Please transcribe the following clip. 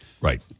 Right